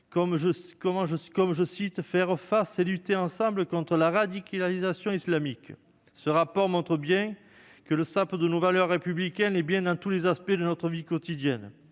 comment faire face et lutter ensemble contre la radicalisation islamique. Ce rapport montre que nos valeurs républicaines sont sapées dans tous les aspects de notre vie quotidienne.